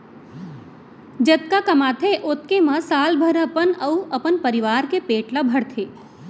जतका कमाथे ओतके म साल भर अपन अउ अपन परवार के पेट ल भरथे